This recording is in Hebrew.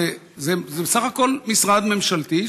זה בסך הכול משרד ממשלתי,